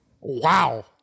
Wow